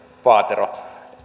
paatero